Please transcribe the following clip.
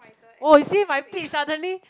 oh you see my pitch suddenly